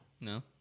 No